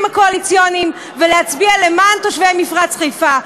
הקואליציוניים ולהצביע למען תושבי מפרץ חיפה.